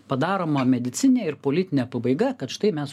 padaroma medicininė ir politinė pabaiga kad štai mes